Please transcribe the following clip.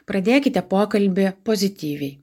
pradėkite pokalbį pozityviai